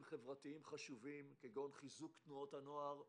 חברתיים חשובים כגון חיזוק תנועות הנוער,